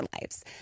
lives